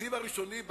בתקציב הראשוני,